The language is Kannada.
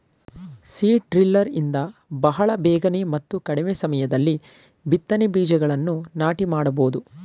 ಸೀಡ್ ಡ್ರಿಲ್ಲರ್ ಇಂದ ಬಹಳ ಬೇಗನೆ ಮತ್ತು ಕಡಿಮೆ ಸಮಯದಲ್ಲಿ ಬಿತ್ತನೆ ಬೀಜಗಳನ್ನು ನಾಟಿ ಮಾಡಬೋದು